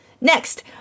Next